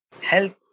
health